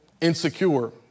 insecure